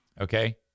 Okay